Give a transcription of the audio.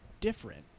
different